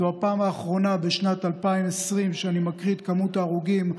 זו הפעם האחרונה בשנת 2020 שאני מציין את מספר ההרוגים,